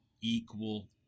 equal